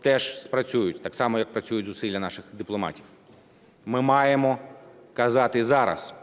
теж спрацюють так само, як працюють зусилля наших дипломатів. Ми маємо казати зараз: